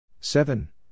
Seven